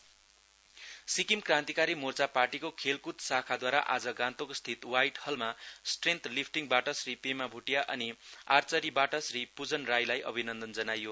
SKM sport Sikkim Krantikari Morcha पार्टीको खेलकुद शाखाद्वारा आज गान्तोक स्थित वाईट हलमा स्ट्रेन्थ लिफटिङबाट श्री पेमा भोटीया अनि आर्चरीबाट श्री पुजन राई अभिनन्दन जनाइयो